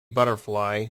butterfly